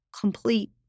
complete